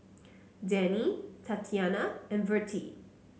Denny Tatyanna and Vertie